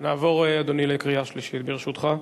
נעבור, אדוני, לקריאה שלישית, ברשותך.